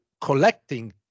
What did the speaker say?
collecting